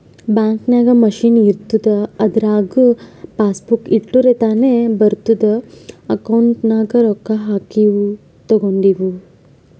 bank ನಾಗ್ machine ಇರ್ತುದ್ ಅದುರಾಗ್ ಪಾಸಬುಕ್ ಇಟ್ಟುರ್ ತಾನೇ ಬರಿತುದ್ ಅಕೌಂಟ್ ನಾಗ್ ರೊಕ್ಕಾ ಹಾಕಿವು ತೇಕೊಂಡಿವು